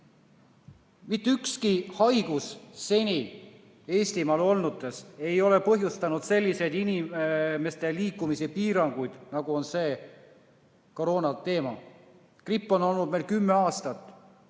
Mitte ükski haigus seni Eestimaal olnutest ei ole põhjustanud selliseid inimeste liikumise piiranguid, nagu on teinud koroona. Gripp on olnud meil kümme aastat.